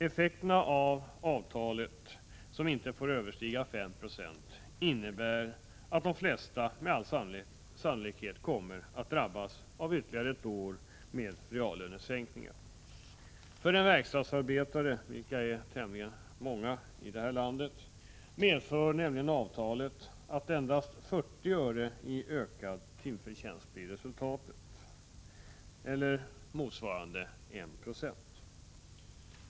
Effekterna av detta avtal, som inte får överstiga 5 96, innebär att de flesta med all sannolikhet kommer att drabbas av ytterligare ett år med reallönesänkningar. För en verkstadsarbetare — och det finns tämligen många sådana här i landet — medför nämligen avtalet endast 40 öre i ökad timförtjänst, motsvarande en höjning med ca 1 96.